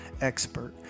expert